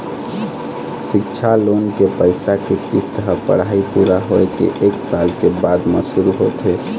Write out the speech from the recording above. सिक्छा लोन के पइसा के किस्त ह पढ़ाई पूरा होए के एक साल के बाद म शुरू होथे